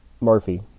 Murphy